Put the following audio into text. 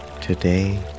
Today